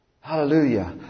Hallelujah